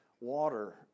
water